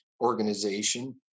organization